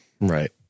right